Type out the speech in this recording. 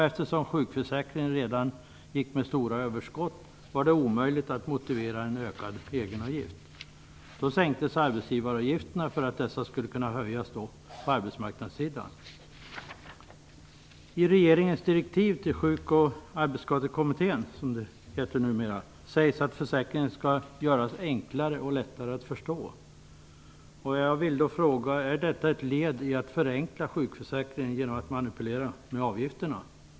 Eftersom sjukförsäkringen redan gick med stora överskott var det omöjligt att motivera en ökad egenavgift. Då sänktes arbetsgivaravgifterna för att dessa skulle kunna höjas på arbetsmarknadssidan. I regeringens direktiv till Sjuk och arbetsskadekommittén, som den numera heter, sägs att försäkringen skall göras enklare och lättare att förstå. Jag vill då fråga: Är detta ett led i att förenkla sjukförsäkringen genom att manipulera med avgifterna?